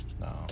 No